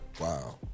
wow